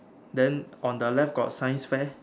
then on the left got science fair